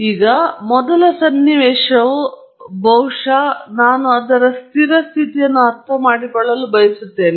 ಈಗ ಮೊದಲ ಸನ್ನಿವೇಶವು ಬಹುಶಃ ನಾನು ಅದರ ಸ್ಥಿರ ಸ್ಥಿತಿಯನ್ನು ಅರ್ಥಮಾಡಿಕೊಳ್ಳಲು ಬಯಸುತ್ತೇನೆ